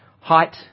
Height